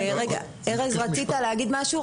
ארז, רצית להגיד משהו?